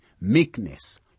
meekness